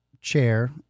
chair